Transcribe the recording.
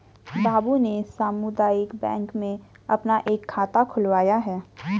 बाबू ने सामुदायिक बैंक में अपना एक खाता खुलवाया है